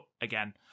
again